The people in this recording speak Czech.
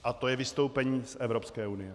A to je vystoupení z Evropské unie.